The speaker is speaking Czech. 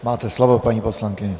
Máte slovo, paní poslankyně.